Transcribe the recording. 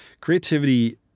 creativity